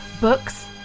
books